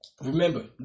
Remember